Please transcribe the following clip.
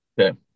Okay